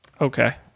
Okay